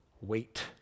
wait